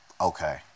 okay